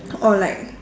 or like